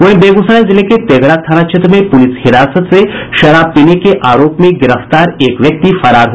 वहीं बेगूसराय जिले के तेघरा थाना में पुलिस हिरासत से शराब पीने के आरोप में गिरफ्तार एक व्यक्ति फरार हो गया है